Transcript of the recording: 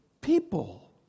People